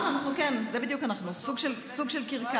זה בדיוק אנחנו, סוג של קרקס.